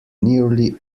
nearly